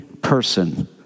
person